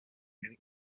bring